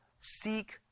seek